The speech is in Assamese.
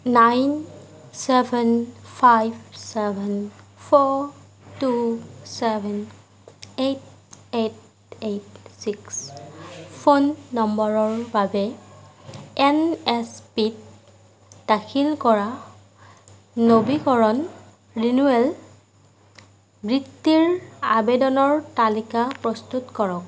nine seven five seven four two seven eight eight eight six phone নম্বৰৰ বাবে এন এছ পি ত দাখিল কৰা নবীকৰণ ৰিনোৱেল বৃত্তিৰ আবেদনৰ তালিকা প্ৰস্তুত কৰক